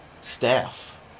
staff